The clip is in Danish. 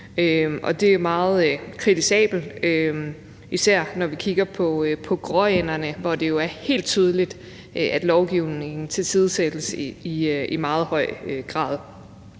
Det er meget kritisabelt, især når vi kigger på gråænderne, hvor det jo er helt tydeligt, at lovgivningen tilsidesættes i meget høj grad.